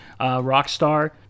Rockstar